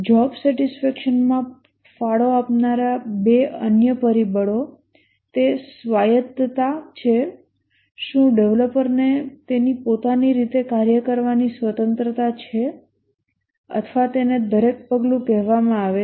job satisfaction માં ફાળો આપનારા બે અન્ય પરિબળો તે સ્વાયત્તતા છે શું ડેવલપરને તેની પોતાની રીતે કાર્ય કરવાની સ્વતંત્રતા છે અથવા તેને દરેક પગલું કહેવામાં આવે છે